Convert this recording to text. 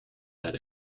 that